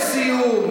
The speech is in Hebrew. לסיום,